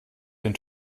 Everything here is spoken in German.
den